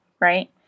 Right